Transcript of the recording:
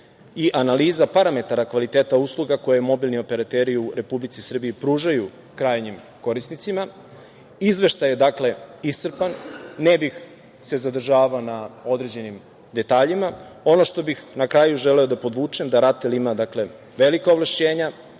i analiza parametara kvaliteta usluga koje mobilni operateri u Republici Srbiji pružaju krajnjim korisnicima. Izveštaj je iscrpan, ne bih se zadržavao na određenim detaljima. Ono što bih na kraju želeo da podvučem, da RATEL ima velika ovlašćenja,